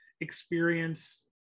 experience